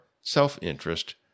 self-interest